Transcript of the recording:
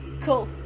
Cool